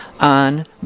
on